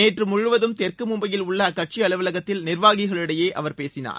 நேற்று முழுவதும் தெற்கு மும்பையில் உள்ள அக்கட்சி அலுவலகத்தில் நிர்வாகிகளிடையே அவர் பேசினார்